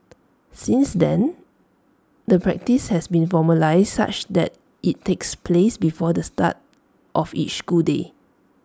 since then the practice has been formalised such that IT takes place before the start of each school day